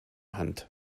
hand